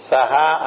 Saha